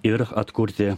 ir atkurti